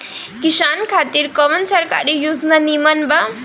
किसान खातिर कवन सरकारी योजना नीमन बा?